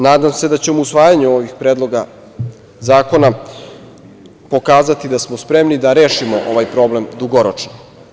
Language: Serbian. Nadam se da ćemo usvajanjem ovih predloga zakona pokazati da smo spremni da rešimo ovaj problem dugoročno.